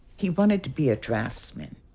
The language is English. he wanted to be a draftsman.